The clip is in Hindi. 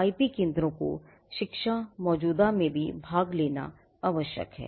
आईपी केंद्रों को शिक्षा मौजूदा में भी भाग लेना आवश्यक है